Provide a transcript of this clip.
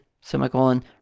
semicolon